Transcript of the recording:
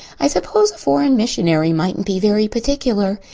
i suppose a foreign missionary mightn't be very particular.